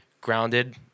grounded